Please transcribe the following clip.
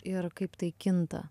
ir kaip tai kinta